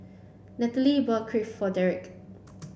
Nathalia bought Crepe for Derrek